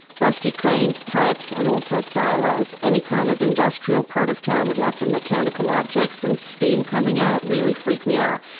rusty cranes, pipes, and also silos. any kind of industrial part of town with lots of mechanical objects and steam coming out really freak me out.